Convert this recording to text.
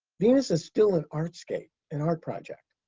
venus is still an artscape, an art project.